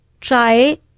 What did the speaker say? try